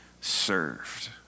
served